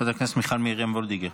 חברת הכנסת מיכל מרים וולדיגר,